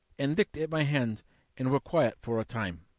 and licked at my hands and were quiet for a time.